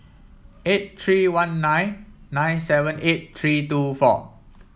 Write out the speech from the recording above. eight three one nine nine seven eight three two four